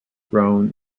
grown